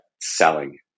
selling